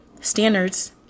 standards